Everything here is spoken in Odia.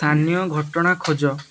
ସ୍ଥାନୀୟ ଘଟଣା ଖୋଜ